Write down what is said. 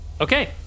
Okay